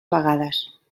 vegades